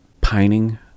pining